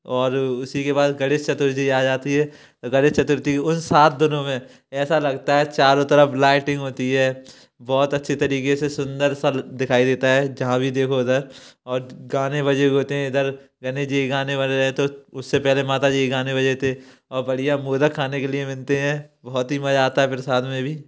और उसी के बाद गणेश चतुर्थी आ जाती है गणेश चतुर्थी उन सात दिनों में ऐसा लगता है चारों तरफ लाइटिंग होती है बहुत अच्छी तरीके से सुंदर सा दिखाई देता है जहाँ भी देखो उधर और गाने बजे होते हैं इधर गणेश जी के गाने बजे रहे हैं तो उससे पहले माता जी के गाने बजे थे और बढ़िया मोदक खाने के लिए मिलते हैं बहुत ही मजा आता है प्रसाद में भी